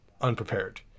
unprepared